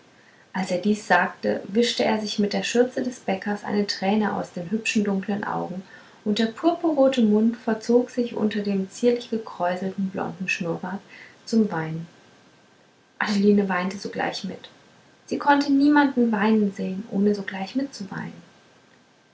als er dies sagte wischte er sich mit der schürze des bäckers eine träne aus den hübschen dunkeln augen und der purpurrote mund verzog sich unter dem zierlich gekräuselten blonden schnurrbart zum weinen adeline weinte sogleich mit sie konnte niemand weinen sehen ohne sogleich mitzuweinen